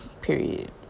Period